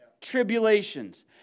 tribulations